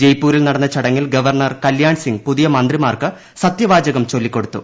ജയ്പൂരിൽ നടന്ന ചടങ്ങിൽ ഗവർണർ കല്യാൺസിംഗ് പുതിയ മന്ത്രിമാർക്ക് സത്യവാചകം ചൊല്ലിക്കൊടുത്തു